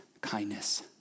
kindness